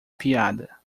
piada